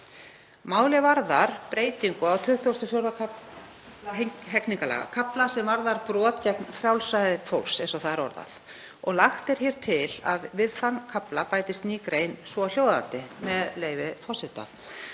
Málið varðar breytingu á XXIV. kafla hegningarlaga, kafla sem varðar brot gegn frjálsræði fólks, eins og það er orðað. Lagt er til að við þann kafla bætist ný grein, svohljóðandi, með leyfi forseta: